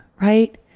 right